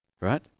right